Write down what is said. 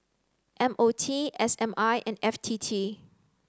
M O T S M I and F T T